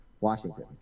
Washington